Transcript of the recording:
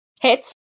Hits